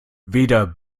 weder